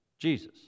Jesus